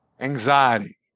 Anxiety